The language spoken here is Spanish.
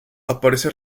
aparece